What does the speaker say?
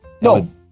No